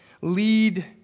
lead